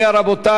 מי נגד?